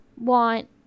want